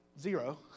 zero